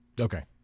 Okay